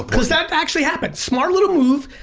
cause that actually happened. smart little move,